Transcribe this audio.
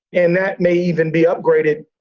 and that may even be upgraded.